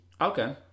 Okay